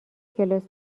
کلاس